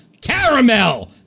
caramel